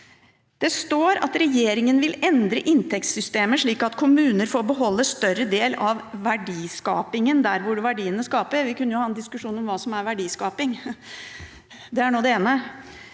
Det står at regjeringen vil endre inntektssystemer slik at kommuner får beholde en større del av verdiskapingen der hvor verdiene skapes. Vi kunne ha en diskusjon om hva som er verdiskaping – det er nå det ene.